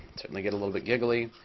certainly get a little bit giggly.